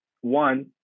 one